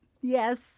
Yes